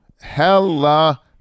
hella